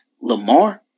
Lamar